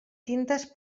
tintes